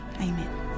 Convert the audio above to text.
Amen